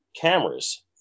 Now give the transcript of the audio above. cameras